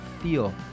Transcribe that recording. feel